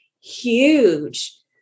huge